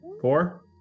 Four